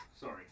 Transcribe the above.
Sorry